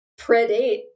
predate